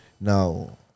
Now